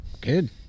good